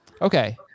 Okay